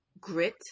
grit